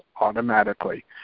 automatically